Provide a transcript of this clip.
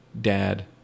dad